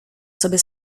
sobie